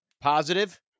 positive